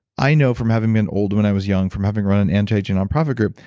i know from having been old when i was young, from having run an anti-aging nonprofit group,